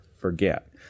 forget